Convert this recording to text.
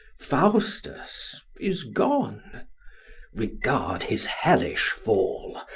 faustus is gone regard his hellish fall,